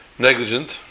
negligent